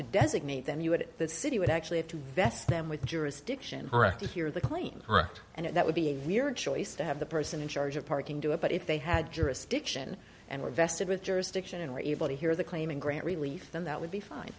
to designate then you would the city would actually have to vest them with jurisdiction directly hear the claim and that would be a weird choice to have the person in charge of parking do it but if they had jurisdiction and were vested with jurisdiction and were able to hear the claim and grant relief then that would be fine